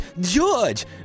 George